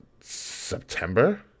September